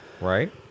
right